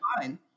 fine